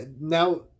now